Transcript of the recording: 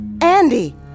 Andy